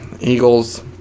Eagles